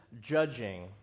judging